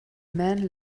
man